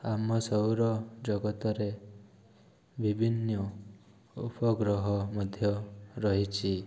ଆମ ସୌର ଜଗତରେ ବିଭିନ୍ନ ଉପଗ୍ରହ ମଧ୍ୟ ରହିଛିି